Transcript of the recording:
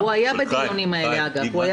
הוא היה בדיונים האלה, אגב, הוא היה שותף.